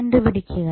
കണ്ടുപിടിക്കുക